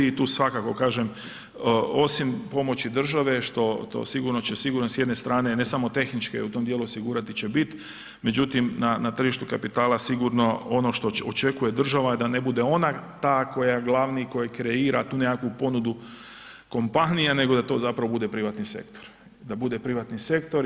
I tu svakako kažem osim pomoći države što će sigurno s jedne strane, ne samo tehničke u tom dijelu osigurati će biti, međutim na tržištu kapitala sigurno ono što očekuje država da ne bude ona ta koja je glavna i koja kreira tu nekakvu ponudu kompanija, nego da to zapravo bude privatni sektor.